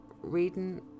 reading